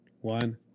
One